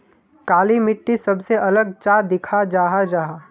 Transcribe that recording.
काली मिट्टी सबसे अलग चाँ दिखा जाहा जाहा?